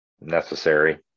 necessary